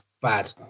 bad